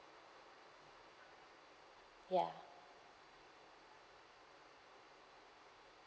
ya